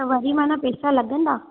त वरी मन पैसा लॻंदा